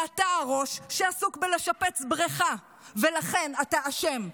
ואתה הראש, שעסוק בלשפץ בריכה, ולכן אתה אשם.